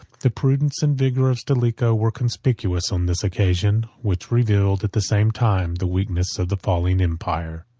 the prudence and vigor of stilicho were conspicuous on this occasion, which revealed, at the same time, the weakness of the falling empire.